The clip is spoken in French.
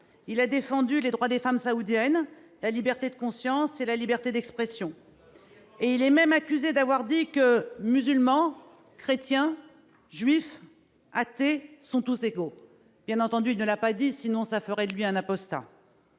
en effet, les droits des femmes saoudiennes, la liberté de conscience et la liberté d'expression. Raif Badawi est même accusé d'avoir déclaré que les musulmans, les chrétiens, les juifs et les athées sont tous égaux. Bien entendu, il ne l'a jamais dit, sinon cela ferait de lui un apostat.